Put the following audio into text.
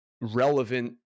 relevant